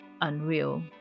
unreal